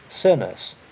sinners